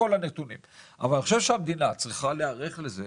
אבל אני חושב שהמדינה צריכה להיערך לזה